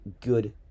good